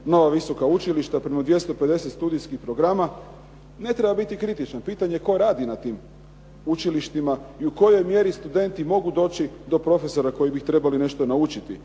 nova visoka učilišta, prema 250 studijskih programa, ne treba biti kritičan, pitanje je tko radi na tim učilištima i u kojoj mjeri studenti mogu doći do profesora koji bi ih trebali nešto naučiti.